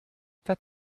that